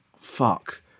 fuck